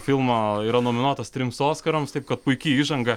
filmą yra nominuotas trims oskarams taip kad puiki įžanga